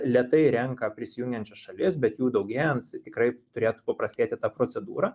lėtai renka prisijungiančias šalis bet jų daugėjant tikrai turėtų paprastėti ta procedūra